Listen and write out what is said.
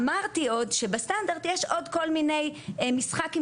אמרתי עוד שבסטנדרט יש עוד כל מיני משחק עם